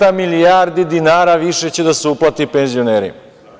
Dvesta milijardi dinara više će da se uplati penzionerima.